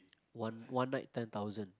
one one night ten thousand